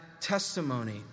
testimony